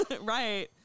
Right